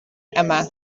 yma